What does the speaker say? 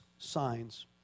signs